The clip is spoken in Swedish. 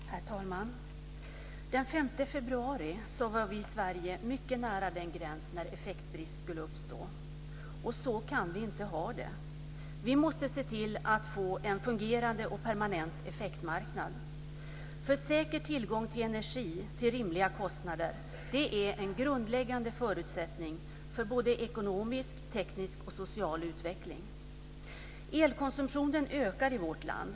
Herr talman! Den 5 februari var vi i Sverige mycket nära den gräns när effektbrist skulle uppstå. Så kan vi inte ha det. Vi måste se till att få en fungerande och permanent effektmarknad. Säker tillgång till energi till rimliga kostnader är nämligen en grundläggande förutsättning för både ekonomisk, teknisk och social utveckling. Elkonsumtionen ökar i vårt land.